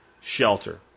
shelter